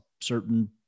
certain